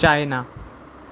China